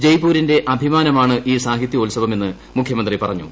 ജയ്പൂരിന്റെ അഭിമാനമാണ് ഈ സാഹിത്യോത്സവമെണ്ണി മുഖ്യമന്ത്രി പറഞ്ഞു